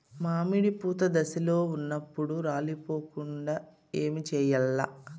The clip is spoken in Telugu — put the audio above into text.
మామిడి పూత దశలో ఉన్నప్పుడు రాలిపోకుండ ఏమిచేయాల్ల?